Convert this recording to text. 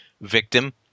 victim